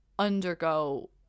undergo